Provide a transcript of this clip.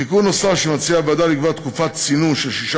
תיקון נוסף שמציעה הוועדה: לקבוע תקופת צינון של שישה